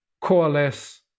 coalesce